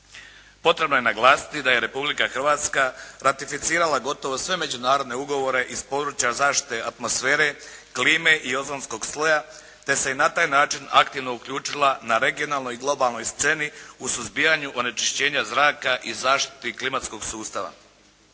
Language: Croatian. Potrebno je naglasiti da je Republika Hrvatska ratificirala gotovo sve međunarodne ugovore iz područja zaštite atmosfere, klime i ozonskog sloja te se i na taj način aktivno uključila na regionalnoj i globalnoj sceni u suzbijanju onečišćenja zraka i zaštiti klimatskog sustava.